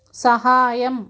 సహాయం